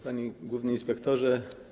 Panie Główny Inspektorze!